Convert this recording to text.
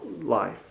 life